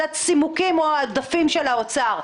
זה הצימוקים או העודפים של האוצר,